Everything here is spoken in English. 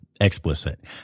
explicit